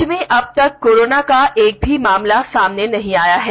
राज्य में अबतक कोरोना का एक भी मामला सामने नहीं आया हैं